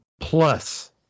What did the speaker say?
plus